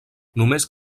només